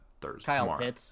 thursday